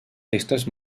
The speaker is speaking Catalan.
festes